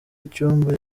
icyumba